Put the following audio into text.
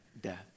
death